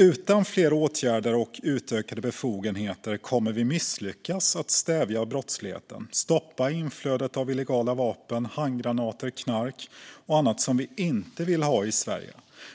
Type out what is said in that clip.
Utan fler åtgärder och utökade befogenheter kommer vi att misslyckas med att stävja brottsligheten och stoppa inflödet av illegala vapen, handgranater, knark och annat som vi inte vill ha i Sverige,